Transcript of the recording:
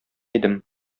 идем